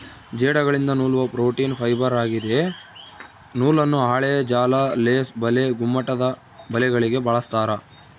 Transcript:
ಜೇಡಗಳಿಂದ ನೂಲುವ protein fibre ಆಗಿದೆ ನೂಲನ್ನು ಹಾಳೆಯ ಜಾಲ ಲೇಸ್ ಬಲೆ ಗುಮ್ಮಟದಬಲೆಗಳಿಗೆ ಬಳಸ್ತಾರ